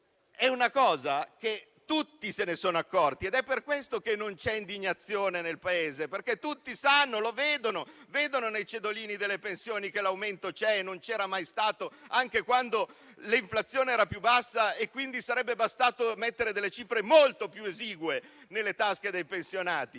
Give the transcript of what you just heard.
È una cosa di cui tutti si sono accorti. È per questo che non c'è indignazione nel Paese, perché tutti sanno e vedono nei cedolini delle pensioni che l'aumento c'è e che non c'era mai stato anche quando l'inflazione era più bassa e quindi sarebbe bastato mettere delle cifre molto più esigue nelle tasche dei pensionati.